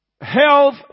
Health